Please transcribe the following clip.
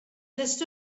list